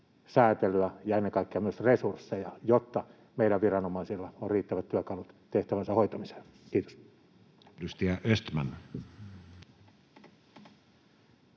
säätelyä ja ennen kaikkea myös resursseja, jotta meidän viranomaisillamme on riittävät työkalut tehtävänsä hoitamiseen. — Kiitos. Edustaja Östman.